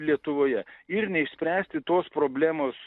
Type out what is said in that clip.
lietuvoje ir neišspręsti tos problemos